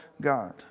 God